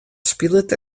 spilet